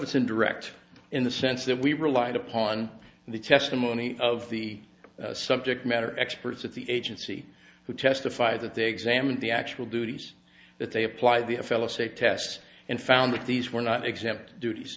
it's indirect in the sense that we relied upon the testimony of the subject matter experts at the agency who testified that they examined the actual duties that they apply the fellas a test and found that these were not exempt duties